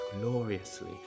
gloriously